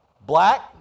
Black